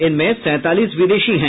इनमें सैंतालीस विदेशी हैं